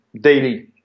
daily